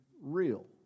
real